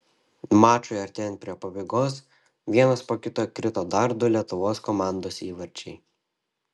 mačui artėjant prie pabaigos vienas po kito krito dar du lietuvos komandos įvarčiai